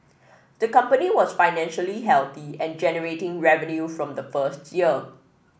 the company was financially healthy and generating revenue from the first year